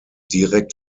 direkt